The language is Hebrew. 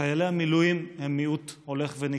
חיילי המילואים הם מיעוט הולך ונכחד.